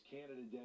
Canada